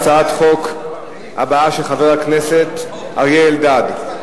לפיכך אני קובע שהצעת חוק החזר הוצאות כספיות בגין עריכת נישואין